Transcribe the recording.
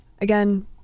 again